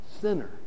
sinner